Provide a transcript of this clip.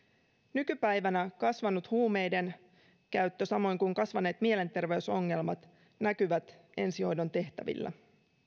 nykypäivänä kasvanut huumeiden käyttö samoin kuin kasvaneet mielenterveysongelmat näkyvät ensihoidon tehtävillä